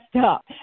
up